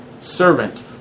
Servant